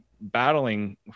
battling